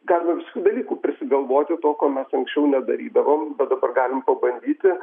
galima visokių dalykų prisigalvoti to ko mes anksčiau nedarydavom bet dabar galim pabandyti